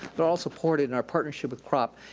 but all supported in our partnership with crop.